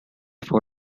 for